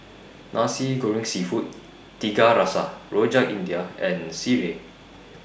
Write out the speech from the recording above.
Nasi Goreng Seafood Tiga Rasa Rojak India and Sireh